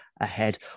ahead